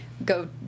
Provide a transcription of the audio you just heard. go